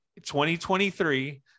2023